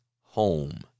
home